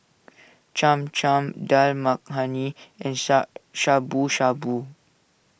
Cham Cham Dal Makhani and Sha Shabu Shabu